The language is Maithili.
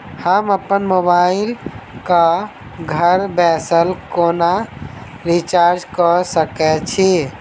हम अप्पन मोबाइल कऽ घर बैसल कोना रिचार्ज कऽ सकय छी?